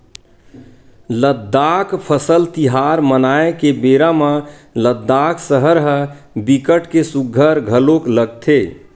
लद्दाख फसल तिहार मनाए के बेरा म लद्दाख सहर ह बिकट के सुग्घर घलोक लगथे